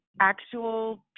actual